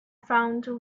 found